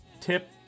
tip